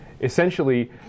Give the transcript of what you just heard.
Essentially